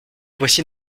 voici